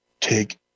take